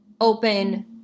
open